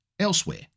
elsewhere